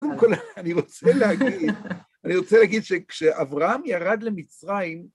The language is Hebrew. אני רוצה להגיד שכשאברהם ירד למצרים,